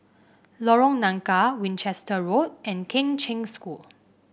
Lorong Nangka Winchester Road and Kheng Cheng School